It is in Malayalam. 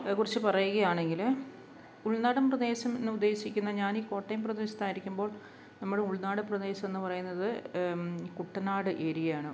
കുറിച്ച് പറയുകയാണെങ്കിൽ ഉൾനാടൻ പ്രദേശം എന്ന് ഉദ്ദേശിക്കുന്നത് ഞാൻ ഈ കോട്ടയം പ്രദേശത്ത് ആയിരിക്കുമ്പോൾ നമ്മൾ ഉൾനാട് പ്രദേശം എന്ന് പറയുന്നത് കുട്ടനാട് ഏരിയ ആണ്